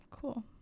Cool